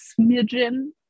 smidgen